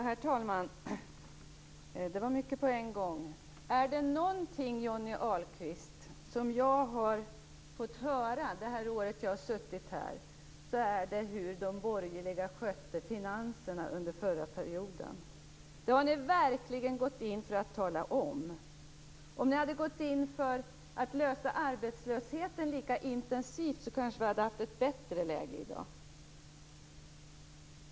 Herr talman! Det var mycket på en gång. Är det någonting, Johnny Ahlqvist, som jag har fått höra under det år jag har suttit här, så är det hur de borgerliga skötte finanserna under den förra perioden. Det har ni verkligen gått in för att tala om. Om ni hade gått in för att lösa arbetslösheten lika intensivt kanske vi hade haft ett bättre läge i dag.